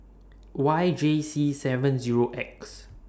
Y J C seven Zero X